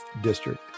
district